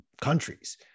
countries